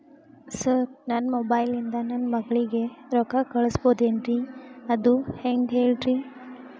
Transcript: sir ನನ್ನ mobile ಇಂದ ನನ್ನ ಮಗಳಿಗೆ ರೊಕ್ಕಾ ಕಳಿಸಬಹುದೇನ್ರಿ ಅದು ಹೆಂಗ್ ಹೇಳ್ರಿ